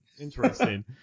interesting